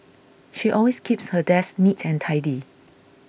she always keeps her desk neat and tidy